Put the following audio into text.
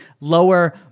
lower